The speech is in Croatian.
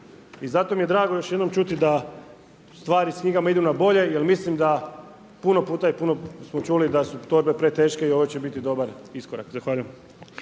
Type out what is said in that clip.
I zato mi je drago još jednom čuti da stvari s knjigama idu na bolje jer mislim da puno puta i puno smo čuli da su torbe preteške i ovo će biti dobar iskorak. Zahvaljujem.